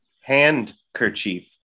Handkerchief